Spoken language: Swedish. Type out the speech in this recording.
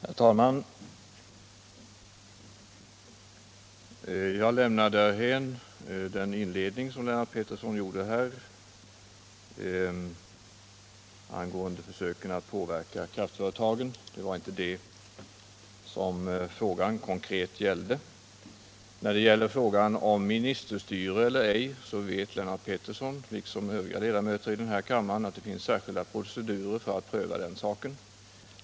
Herr talman! Jag lämnar därhän den inledning Lennart Pettersson gjorde angående försöken att påverka kraftföretagen — det var inte det som frågan gällde. När det gäller frågan om ministerstyre eller ej vet Lennart Pettersson liksom övriga ledamöter här i kammaren att det finns särskilda procedurer för att pröva den saken.